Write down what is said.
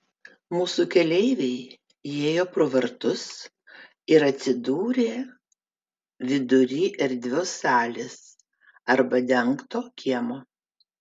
mūsų keleiviai įėjo pro vartus ir atsidūrė vidury erdvios salės arba dengto kiemo